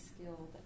skilled